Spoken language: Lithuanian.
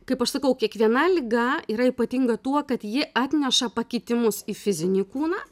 kaip aš sakau kiekviena liga yra ypatinga tuo kad ji atneša pakitimus į fizinį kūną